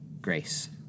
grace